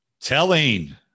Telling